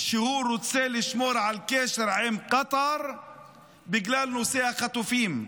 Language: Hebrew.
שהוא רוצה לשמור על קשר עם קטר בגלל נושא החטופים.